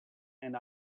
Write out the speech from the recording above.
and